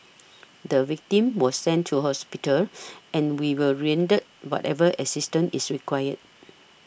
the victim was sent to hospital and we will render whatever assistance is required